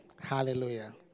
Hallelujah